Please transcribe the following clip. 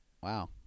Wow